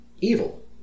evil